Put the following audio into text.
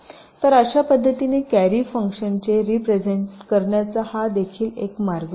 तर अश्या पद्धतीने कॅरी फंक्शनचे रीप्रेझेन्ट करण्याचा हा देखील एक मार्ग आहे